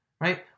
Right